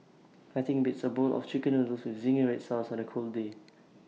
nothing beats A bowl of Chicken Noodles with Zingy Red Sauce on A cold day